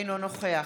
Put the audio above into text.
אינו נוכח